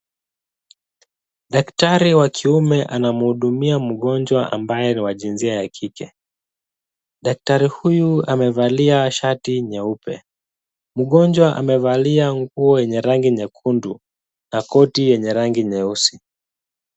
Daktari wa kiume anamuhudumia mgonjwa ambaye ni wa jinsia ya kike. Daktari huyu amevalia shati nyeupe. Mgonjwa amevalia nguo yenye rangi nyekundu na koti yenye rangi nyeusi.